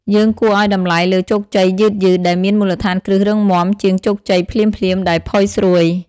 យើងគួរឱ្យតម្លៃលើ "ជោគជ័យយឺតៗ" ដែលមានមូលដ្ឋានគ្រឹះរឹងមាំ ជាង "ជោគជ័យភ្លាមៗ" ដែលផុយស្រួយ។